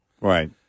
Right